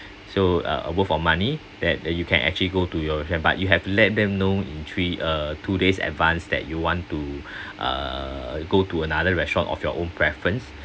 so uh worth of money that that you can actually go to your uh but you have let them know in three uh two days advance that you want to uh go to another restaurant of your own preference